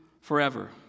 forever